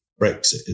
Brexit